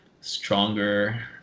stronger